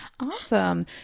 Awesome